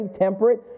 temperate